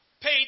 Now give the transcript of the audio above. paid